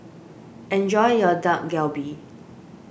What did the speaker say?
enjoy your Dak Galbi